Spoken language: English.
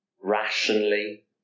rationally